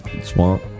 Swamp